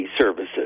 services